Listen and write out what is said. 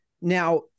Now